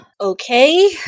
Okay